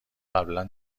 قبلا